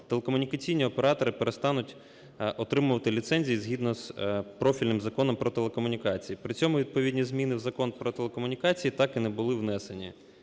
телекомунікаційні оператори перестануть отримувати ліцензії згідно з профільним Законом "Про телекомунікації", при цьому відповідні зміни в Закон "Про телекомунікації" так і не були внесені.